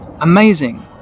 amazing